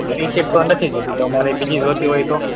અરે એ સીટ તો નથી જોઈતી તો અમારે બીજી જોઈતી હોય તો